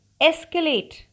escalate